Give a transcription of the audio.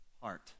heart